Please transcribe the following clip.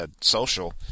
social